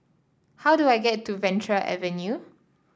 how do I get to Venture Avenue